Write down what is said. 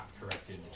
corrected